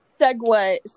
Segway